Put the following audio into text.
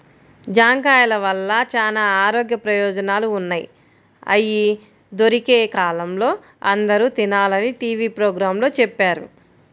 జాంకాయల వల్ల చానా ఆరోగ్య ప్రయోజనాలు ఉన్నయ్, అయ్యి దొరికే కాలంలో అందరూ తినాలని టీవీ పోగ్రాంలో చెప్పారు